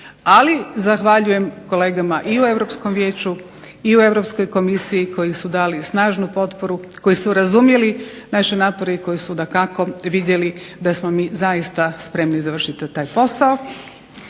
Ali zahvaljujem kolegama i u Europskom vijeću i u Europskoj komisiji koji su dali snažnu potporu, koji su razumjeli naše napore i koji su dakako vidjeli da smo mi zaista spremni završiti taj posao.